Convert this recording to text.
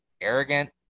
arrogant